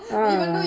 uh